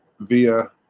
Via